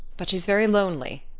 but she's very lonely.